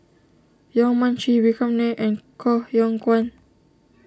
Yong Mun Chee Vikram Nair and Koh Yong Guan